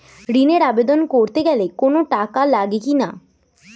ঋণের আবেদন করতে গেলে কোন টাকা লাগে কিনা?